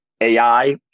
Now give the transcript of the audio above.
ai